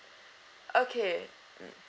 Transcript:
okay mm